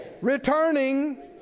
returning